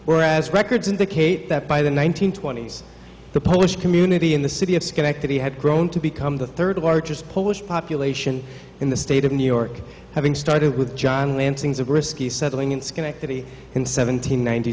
whereas records indicate that by the one nine hundred twenty s the polish community in the city of schenectady had grown to become the third largest polish population in the state of new york having started with john lansing's of risky settling in schenectady in seventeen ninety